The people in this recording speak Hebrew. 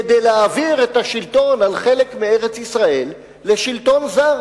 כדי להעביר את השלטון על חלק מארץ-ישראל לשלטון זר.